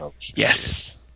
Yes